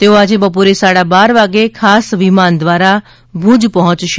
તેઓ આજે બપોરે સાડા બાર વાગે ખાસ વિમાન દ્વારા ભુજ પહોંચશે